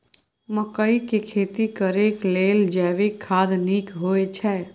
मकई के खेती करेक लेल जैविक खाद नीक होयछै?